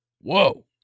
whoa